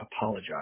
apologize